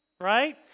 right